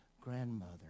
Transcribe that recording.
grandmother